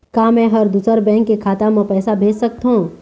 का मैं ह दूसर बैंक के खाता म पैसा भेज सकथों?